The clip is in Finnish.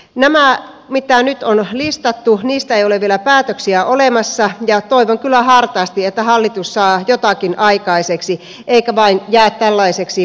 näistä mitä nyt on listattu ei ole vielä päätöksiä olemassa ja toivon kyllä hartaasti että hallitus saa jotakin aikaiseksi eikä tämä jää vain tällaiseksi puheeksi